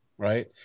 Right